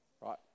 right